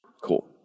Cool